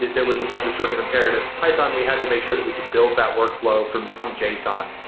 there was a bunch of sort of imperative python. we had to make sure that we could build that workflow from some json.